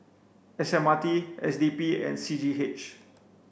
S M R T S D P and C G H